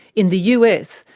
in the us,